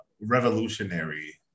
revolutionary